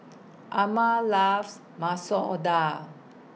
Amma loves Masoor Dal